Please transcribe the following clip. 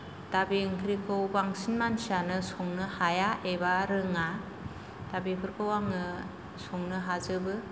दा बे ओंख्रिखौ बांसिन मानसियानो संनो हाया एबा रोङा दा बेफोरखौ आङो संनो हाजोबो